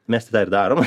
mes tai tą ir darom